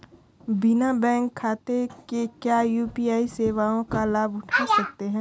बिना बैंक खाते के क्या यू.पी.आई सेवाओं का लाभ उठा सकते हैं?